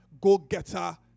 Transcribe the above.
go-getter